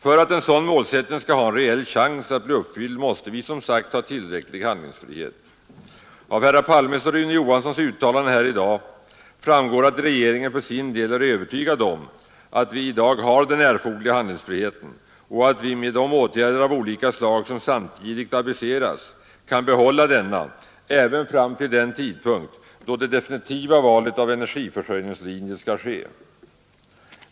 För att en sådan målsättning skall ha en reell chans att bli uppfylld måste vi som sagt ha tillräcklig handlingsfrihet. Av herrar Palmes och Rune Johanssons uttalanden här i dag framgår att regeringen för sin del är övertygad om att vi i dag har den erforderliga handlingsfriheten och att vi med de åtgärder av olika slag som samtidigt aviseras kan behålla denna även fram till den tidpunkt då det definitiva valet av energiförsörjningslinje skall göras.